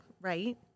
right